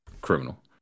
criminal